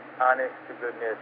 honest-to-goodness